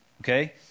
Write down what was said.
Okay